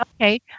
Okay